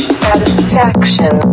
satisfaction